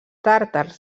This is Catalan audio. tàrtars